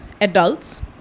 adults